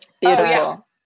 Beautiful